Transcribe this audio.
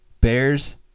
Bears